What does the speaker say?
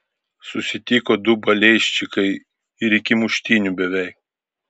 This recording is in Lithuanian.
susitiko du balėjščikai ir iki muštynių beveik